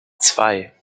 zwei